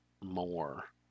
more